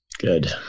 Good